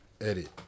edit